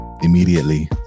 immediately